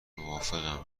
موافقم